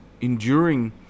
enduring